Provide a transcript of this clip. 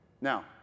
Now